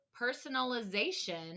personalization